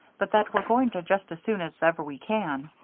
but that we're going to just as soon as ever we can.